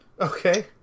Okay